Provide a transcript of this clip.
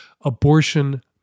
abortion